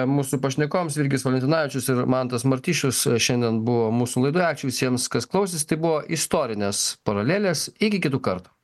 mūsų pašnekovams virgis valentinavičius ir mantas martišius šiandien buvo mūsų laidoje ačiū visiems kas klausėsi tai buvo istorinės paralelės iki kitų kartų